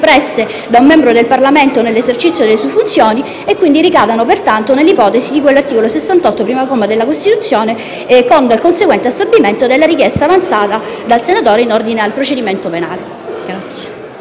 da un membro del Parlamento nell'esercizio delle sue funzioni e ricadono pertanto nell'ipotesi di cui all'articolo 68, primo comma, della Costituzione, con il conseguente assorbimento della richiesta avanzata dall'ex senatore in ordine al medesimo procedimento penale.